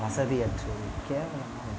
வசதியற்று கேவலமாக இருக்கு